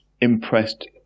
impressed